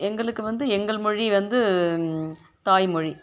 எங்களுக்கு வந்து எங்கள் மொழி வந்து தாய்மொழி